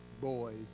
boys